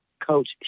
Coach